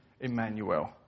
Emmanuel